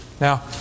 Now